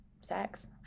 sex